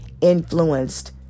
influenced